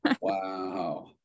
wow